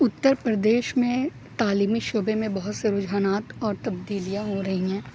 اتر پردیش میں تعلیمی شعبے میں بہت سے رجحانات اور تبدیلیاں ہو رہی ہیں